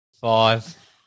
Five